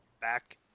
Back